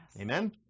Amen